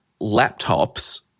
laptops